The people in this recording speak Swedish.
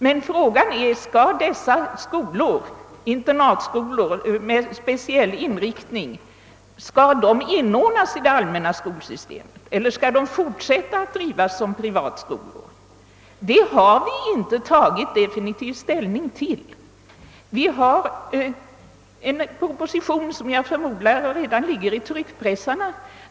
Men frågan är: Skall dessa internatskolor med speciell inriktning inordnas i det allmänna skolsystemet eller fortsätta att drivas som privatskolor? Det har vi inte tagit definitiv ställning till. Det finns en proposition som jag förmodar redan ligger i tryckpressarna.